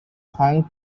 hong